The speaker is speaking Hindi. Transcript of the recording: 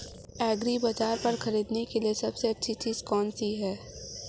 एग्रीबाज़ार पर खरीदने के लिए सबसे अच्छी चीज़ कौनसी है?